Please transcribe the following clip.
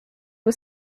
was